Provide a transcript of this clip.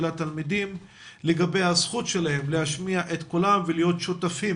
התלמידים לגבי הזכות שלהם להשמיע את קולם ולהיות שותפים